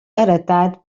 heretat